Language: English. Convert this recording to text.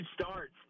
starts